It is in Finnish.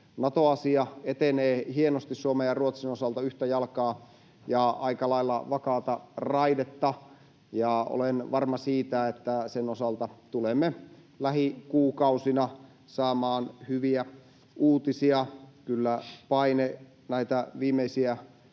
Nato-asia etenee hienosti Suomen ja Ruotsin osalta yhtä jalkaa ja aika lailla vakaata raidetta, ja olen varma siitä, että sen osalta tulemme lähikuukausina saamaan hyviä uutisia. Kyllä paine näitä viimeisiä